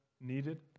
needed